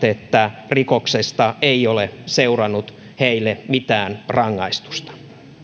että rikoksesta ei ole seurannut heille mitään rangaistusta